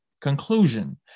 Conclusion